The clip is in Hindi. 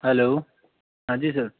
हैलो हाँ जी सर